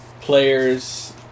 players